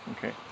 Okay